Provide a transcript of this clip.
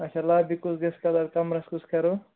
اچھا لابی کُس گژھِ کَلَر کَمرَس کُس کَرو